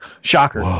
shocker